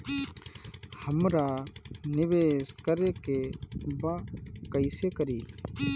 हमरा निवेश करे के बा कईसे करी?